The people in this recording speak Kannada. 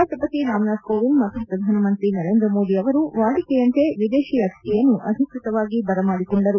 ರಾಷ್ಟಪತಿ ರಾಮನಾಥ್ ಕೋವಿಂದ್ ಮತ್ತು ಪ್ರಧಾನ ಮಂತ್ರಿ ನರೇಂದ್ರ ಮೋದಿ ಅವರು ವಾಡಿಕೆಯಂತೆ ವಿದೇಶಿ ಅತಿಥಿಯನ್ನು ಅಧಿಕೃತವಾಗಿ ಬರಮಾಡಿಕೊಂಡರು